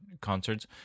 concerts